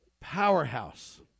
powerhouse